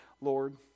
Lord